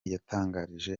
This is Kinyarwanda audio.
yatangarije